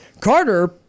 Carter